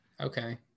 Okay